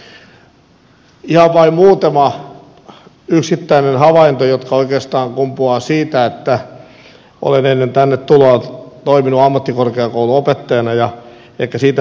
ihan vain muutama yksittäinen havainto jotka oikeastaan kumpuavat siitä että olen ennen tänne tuloa toiminut ammattikorkeakouluopettajana ja ehkä siitä näkökulmasta muutama kannanotto